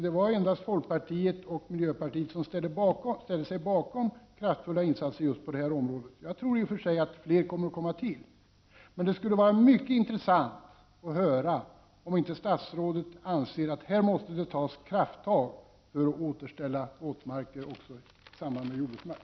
Det var endast folkpartiet och miljöpartiet som ställde sig bakom kraftfulla insatser på det här området. Jag tror att fler skall komma till denna uppfattning. Men det skulle vara intressant att höra om inte statsrådet anser att det på detta område måste tas krafttag för att återställa våtmarker i anslutning till jordbruksmark.